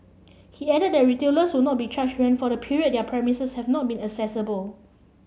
he added that retailers would not be charged rent for the period their premises have not been accessible